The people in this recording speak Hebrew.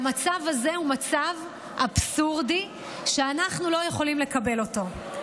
המצב הזה הוא מצב אבסורדי שאנחנו לא יכולים לקבל אותו.